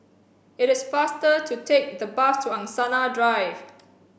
it is faster to take the bus to Angsana Drive